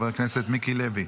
חבר הכנסת מיקי לוי.